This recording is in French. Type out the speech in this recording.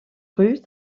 rue